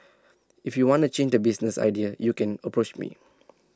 if you wanna change the business idea you can approach me